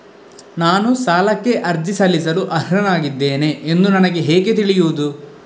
ನಾನು ಸಾಲಕ್ಕೆ ಅರ್ಜಿ ಸಲ್ಲಿಸಲು ಅರ್ಹನಾಗಿದ್ದೇನೆ ಎಂದು ನನಗೆ ಹೇಗೆ ತಿಳಿಯುದು?